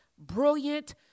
Brilliant